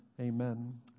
Amen